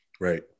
Right